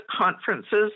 conferences